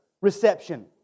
reception